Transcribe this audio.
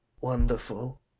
Wonderful